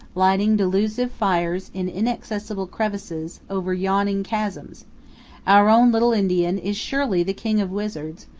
lighting delusive fires in inaccessible crevices, over yawning chasms our own little indian is surely the king of wizards,